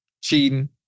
Cheating